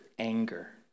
anger